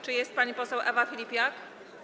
Czy jest pani poseł Ewa Filipiak?